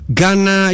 Ghana